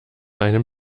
einem